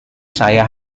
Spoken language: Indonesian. saya